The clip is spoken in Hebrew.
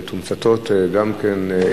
מתומצתות גם כן,